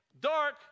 dark